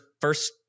first